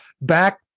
back